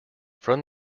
from